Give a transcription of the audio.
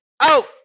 Out